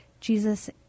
Jesus